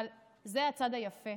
אבל זה הצד היפה